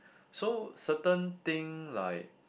so certain thing like